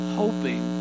hoping